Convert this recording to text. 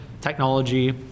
technology